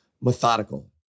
methodical